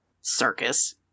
circus